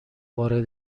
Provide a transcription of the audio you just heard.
وارد